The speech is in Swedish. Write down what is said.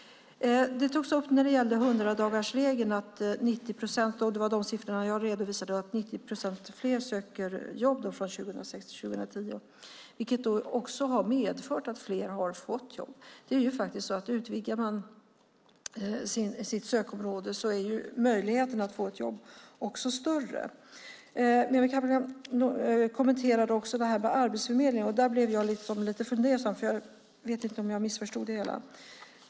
Det togs upp när det gäller 100-dagarsregeln att 90 procent - det var de siffror jag redovisade - fler söker jobb 2010 jämfört med 2006, vilket också har medfört att fler har fått jobb. Det är faktiskt så att utvidgar man sitt sökområde är möjligheten att få ett jobb större. Mehmet Kaplan kommenterade även detta med Arbetsförmedlingen, och där blev jag lite fundersam. Jag vet inte om jag missförstod det hela.